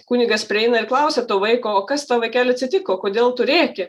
kunigas prieina ir klausia to vaiko o kas tau vaikeli atsitiko kodėl tu rėki